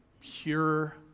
pure